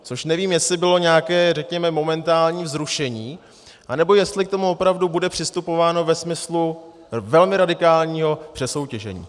Což nevím, jestli bylo nějaké, řekněme, momentální vzrušení, anebo jestli k tomu opravdu bude přistupováno ve smyslu velmi radikálního přesoutěžení.